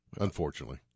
Unfortunately